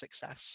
success